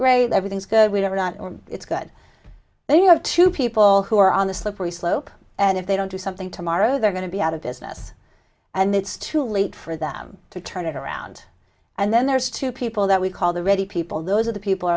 great everything's not it's good when you have two people who are on the slippery slope and if they don't do something tomorrow they're going to be out of business and it's too late for them to turn it around and then there's two people that we call the ready people those are the people